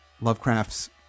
lovecraft's